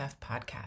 podcast